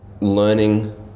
learning